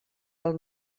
del